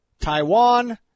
Taiwan